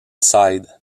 side